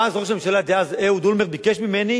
ואז ראש הממשלה דאז אהוד אולמרט ביקש ממני